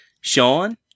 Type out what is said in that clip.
Sean